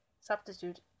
substitute